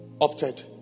opted